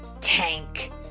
Tank